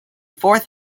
fourth